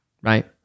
right